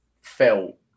felt